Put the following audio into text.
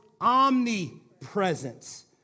omnipresence